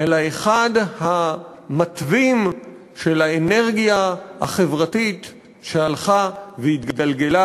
אלא אחד המתווים של האנרגיה החברתית שהלכה והתגלגלה